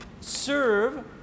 serve